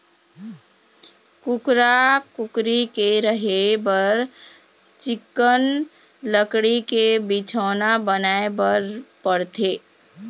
कुकरा, कुकरी के रहें बर चिक्कन लकड़ी के बिछौना बनाए बर परथे